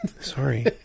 Sorry